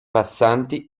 passanti